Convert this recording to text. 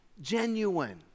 genuine